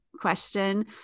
question